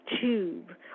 tube